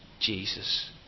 Jesus